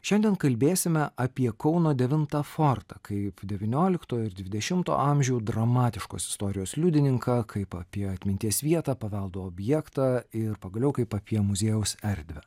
šiandien kalbėsime apie kauno devintą fortą kaip devynioliktojo ir dvidešimto amžių dramatiškos istorijos liudininką kaip apie atminties vietą paveldo objektą ir pagaliau kaip apie muziejaus erdvę